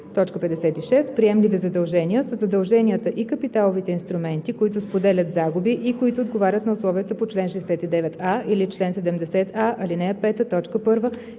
така: „56. „Приемливи задължения“ са задълженията и капиталовите инструменти, които споделят загуби и които отговарят на условията по чл. 69а или чл. 70а, ал. 5,